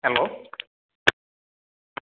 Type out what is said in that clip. hello